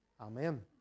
Amen